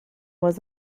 was